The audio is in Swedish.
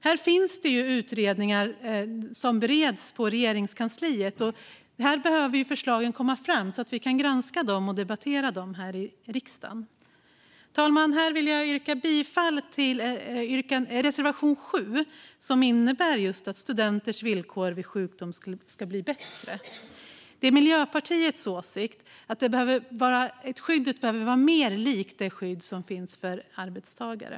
Här finns det utredningar som bereds på Regeringskansliet, och förslagen behöver komma fram så att vi kan granska dem och debattera dem här i riksdagen. Herr talman! Jag vill yrka bifall till reservation 7, som innebär just att studenters villkor vid sjukdom ska bli bättre. Det är Miljöpartiets åsikt att skyddet behöver vara mer likt det skydd som finns för arbetstagare.